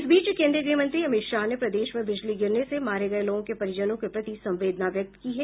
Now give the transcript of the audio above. इस बीच केन्द्रीय गृह मंत्री अमित शाह ने प्रदेश में बिजली गिरने से मारे गए लोगों के परिजनों के प्रति संवेदना व्यक्त की है